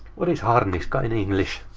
what is haarniska in english?